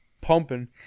pumping